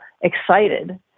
excited